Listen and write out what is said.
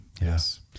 Yes